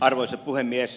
arvoisa puhemies